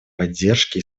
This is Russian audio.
поддержке